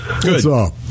Good